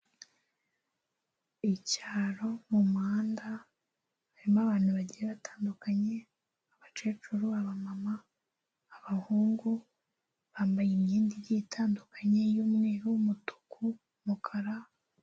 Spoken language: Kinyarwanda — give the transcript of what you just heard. Icyaro, mu muhanda harimo abantu bagiye batandukanye, abakecuru, abamama, abahungu. Bambaye imyenda igiye itandukanye, iy'umweru, umutuku, umukara.